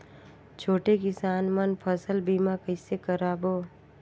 छोटे किसान मन फसल बीमा कइसे कराबो?